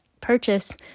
purchase